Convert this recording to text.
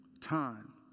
time